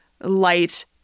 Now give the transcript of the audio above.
light